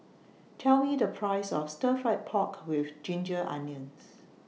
Tell Me The Price of Stir Fried Pork with Ginger Onions